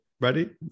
ready